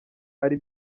ari